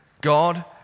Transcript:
God